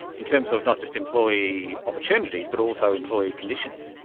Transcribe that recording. in terms of not just employee opportunities but also employee conditions.